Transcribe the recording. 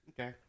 Okay